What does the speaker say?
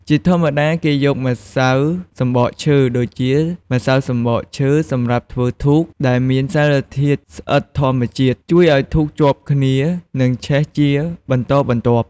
ជាធម្មតាគេយកម្សៅសំបកឈើ ដូចជា ម្សៅសំបកឈើ សម្រាប់ធ្វើធូប ដែលមានសារធាតុស្អិតធម្មជាតិ ជួយឱ្យធូបជាប់គ្នា និងឆេះជាបន្តបន្ទាប់។